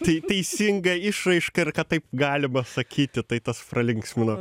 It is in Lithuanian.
tai teisinga išraiška ir kad taip galima sakyti tai tas pralinksmino